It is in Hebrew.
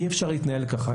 אי אפשר להתנהל כך.